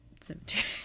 Cemetery